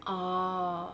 oh